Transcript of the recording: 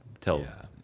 tell